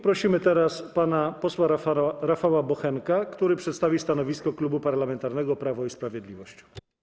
Prosimy teraz pana posła Rafała Bochenka, który przedstawi stanowisko Klubu Parlamentarnego Prawo i Sprawiedliwość.